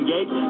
Gate